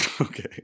Okay